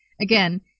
again